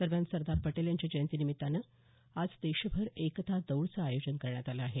दरम्यान सरदार पटेल यांच्या जयंती निमित्तानं आज देशभर एकता दौडचं आयोजन करण्यात आलं आहे